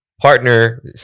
partner